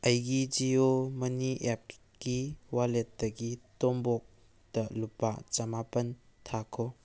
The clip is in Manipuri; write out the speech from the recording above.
ꯑꯩꯒꯤ ꯖꯤꯌꯣ ꯃꯅꯤ ꯑꯦꯞꯁꯀꯤ ꯋꯥꯜꯂꯦꯠꯇꯒꯤ ꯇꯣꯝꯕꯣꯛꯇ ꯂꯨꯄꯥ ꯆꯃꯥꯄꯜ ꯊꯥꯈꯣ